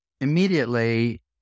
Immediately